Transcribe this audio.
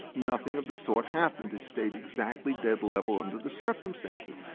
nothing of the sort happened. it stayed exactly dead level under the circumstances.